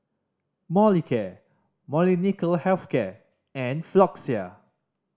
Molicare Molnylcke Health Care and Floxia